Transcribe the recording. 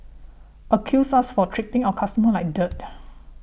accused us for treating our customers like dirt